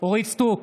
אורית מלכה סטרוק,